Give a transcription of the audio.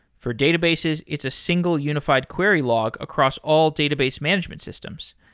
for databases, it's a single unified query log across all database management systems.